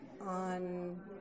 on